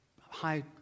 high